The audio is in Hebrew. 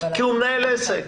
כי הוא מנהל עסק.